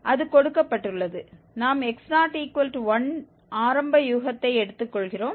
அது கொடுக்கப்பட்டுள்ளது நாம் x01 ஆரம்ப யூகத்தை எடுத்துக்கொள்கிறோம்